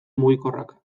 mugikorrak